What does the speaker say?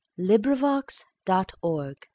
Librivox.org